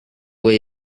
where